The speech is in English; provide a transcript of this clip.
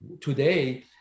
today